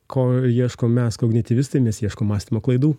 ko ieškom mes kognityvistai mes ieškom mąstymo klaidų